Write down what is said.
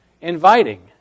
inviting